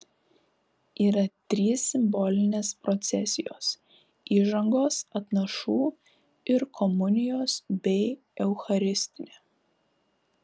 yra trys simbolinės procesijos įžangos atnašų ir komunijos bei eucharistinė